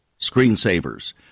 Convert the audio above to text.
screensavers